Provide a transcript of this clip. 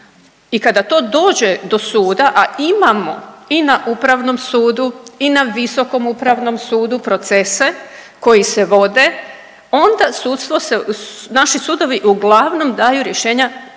i kada to dođe do suda, a imamo i na upravnom sudu i na visokom upravnom sudu procese koji se vode, onda sudstvo se, naši sudovi uglavnom daju rješenja